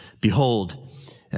Behold